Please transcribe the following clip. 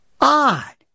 odd